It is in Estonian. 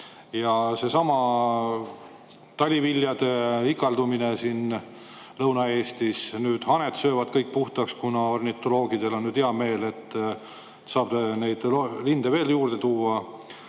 Ja seesama taliviljade ikaldumine Lõuna-Eestis – nüüd haned söövad kõik puhtaks. Aga ornitoloogidel on hea meel, et saab neid linde veel juurde tuua.